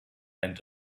and